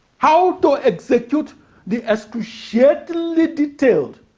how to execute the excruciatingly-detailed